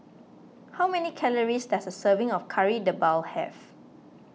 how many calories does a serving of Kari Debal have